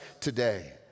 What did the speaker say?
today